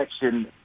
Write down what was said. section